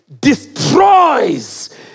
destroys